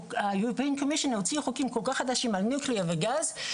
האיחוד האירופאי הוציא חוקים כל כך חדשים על נשק הגרעין והגז,